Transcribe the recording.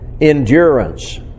endurance